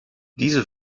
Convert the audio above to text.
diese